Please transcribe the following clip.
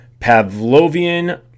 Pavlovian